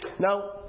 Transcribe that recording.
Now